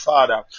Father